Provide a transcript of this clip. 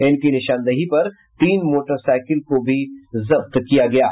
इनकी निशानदेही पर तीन मोटरसाइकिल को भी जब्त किया गया है